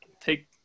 take